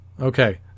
Okay